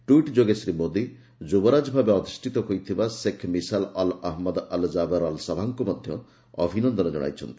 tweet ଯୋଗେ ଶ୍ରୀ ମୋଦି ଯୁବରାଜ ଭାବେ ଅଧିଷ୍ଠିତ ହୋଇଥିବା ଶେଖ୍ମିଶାଲ୍ ଅଲ୍ ଅହମଦ୍ ଅଲ୍ଜାବେର୍ ଅଲ୍ସବାଙ୍କୁ ମଧ୍ୟ ଅଭିନନ୍ଦନ ଜଣାଇଛନ୍ତି